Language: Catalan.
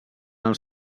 els